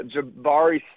jabari